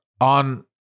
on